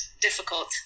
difficult